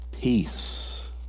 peace